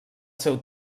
seu